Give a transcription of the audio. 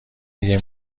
اگه